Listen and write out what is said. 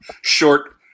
Short